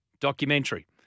Documentary